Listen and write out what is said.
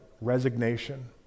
resignation